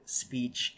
speech